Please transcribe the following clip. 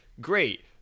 Great